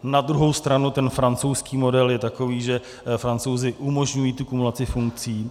Na druhou stranu ten francouzský model je takový, že Francouzi umožňují kumulaci funkcí.